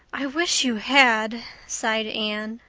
i wish you had, sighed anne,